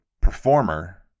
performer